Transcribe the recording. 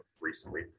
recently